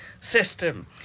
system